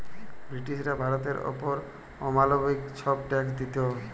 ব্রিটিশরা ভারতের অপর অমালবিক ছব ট্যাক্স দিত